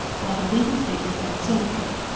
while the winged figure bends over it.